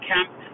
Camp